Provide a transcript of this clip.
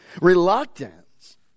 Reluctance